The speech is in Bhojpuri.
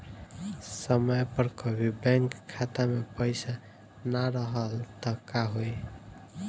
समय पर कभी बैंक खाता मे पईसा ना रहल त का होई?